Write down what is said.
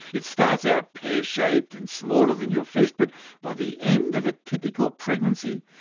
it starts out pear-shaped and smaller than your fist. but by the end of a typical pregnancy,